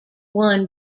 won